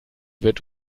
wird